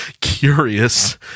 curious